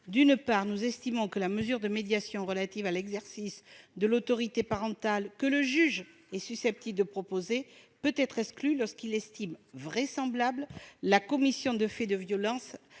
Nous estimons en effet que la mesure de médiation relative à l'exercice de l'autorité parentale que le juge est susceptible de proposer peut être exclue lorsque celui-ci estime vraisemblable la commission de faits de violence.